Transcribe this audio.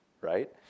right